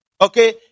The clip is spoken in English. Okay